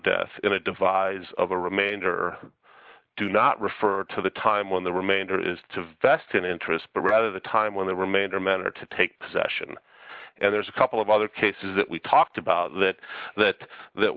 death in a devise of a remainder do not refer to the time when the remainder is to vested interest but rather the time when the remainder men are to take possession and there's a couple of other cases that we've talked about that that that